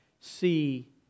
see